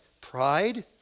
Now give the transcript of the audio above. pride